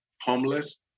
homeless